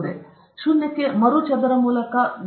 ನೀವು ಶೂನ್ಯಕ್ಕೆ ಮರು ಚದರ ಮೂಲಕ ಗ್ರಾಂ ಅನ್ನು ನೋಡಬಹುದೇ